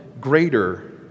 greater